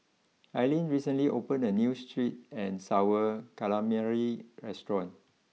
Aylin recently opened a new sweet and Sour Calamari restaurant